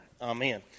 amen